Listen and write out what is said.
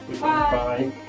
Bye